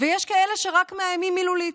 ויש כאלה שרק מאיימים מילולית.